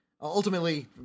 Ultimately